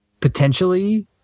potentially